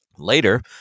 Later